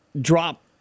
drop